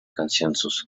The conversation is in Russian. консенсус